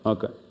Okay